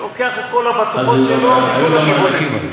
לוקח את כל הבטוחות שלו מכל הכיוונים.